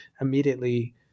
immediately